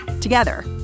Together